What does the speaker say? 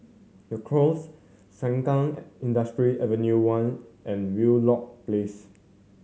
The Knolls Sengkang Industrial Ave One and Wheelock Place